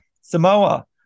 Samoa